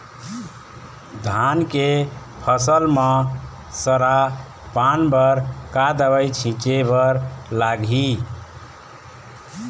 धान के फसल म सरा पान बर का दवई छीचे बर लागिही?